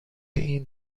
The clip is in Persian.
این